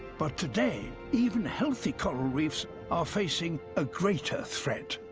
but today, even healthy coral reefs are facing a greater threat.